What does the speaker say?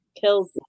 Kills